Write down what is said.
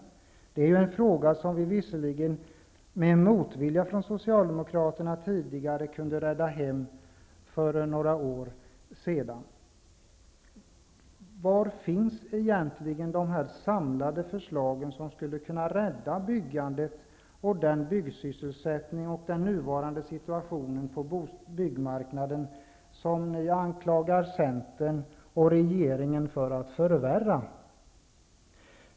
Det är en fråga som vi, visserligen med motvilja från Socialdemokraterna, kunde rädda hem för några år sedan. Var finns egentligen de samlade förslag som skulle kunna rädda byggandet, byggsysselsättningen och den nuvarande situationen på byggmarknaden, som ni har anklagat Centern och regeringen för att förvärra?